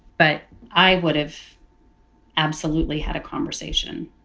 but i would have absolutely had a conversation